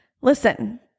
Listen